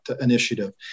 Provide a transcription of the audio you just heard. initiative